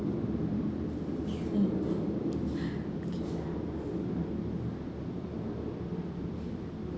mm